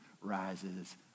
rises